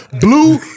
Blue